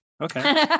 Okay